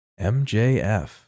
MJF